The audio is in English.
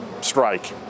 strike